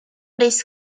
this